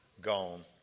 gone